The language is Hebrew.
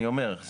אני אומר.